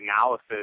analysis